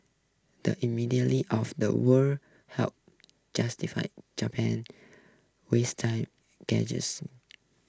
the immediately of the word helped justify Japan waste time